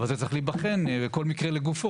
אבל כל מקרה צריך להיבחן לגופו.